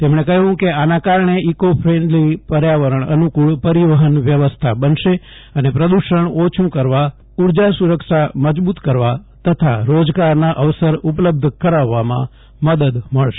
તેમણે ક હ્યુ કે આના કારણે ઇકો ફેન્ડલી પ ર્યાવરણ અ નુફળ પરિવફન વ્યવસ્થા બનશે અને પ્રદુષણ ઓ છુ કરવા ઊર્જા સુરક્ષા મજબુત કરવા તથા રોજગારના અવસર ઉપલબ્ધ કરાવવામાં મદદ મળશે